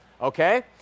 okay